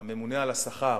הממונה על השכר,